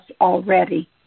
already